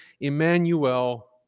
Emmanuel